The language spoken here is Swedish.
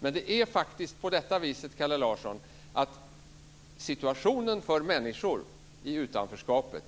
Men det är faktiskt så, Kalle Larsson, att situationen för människor i utanförskapet